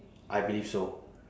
I believe so